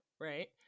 right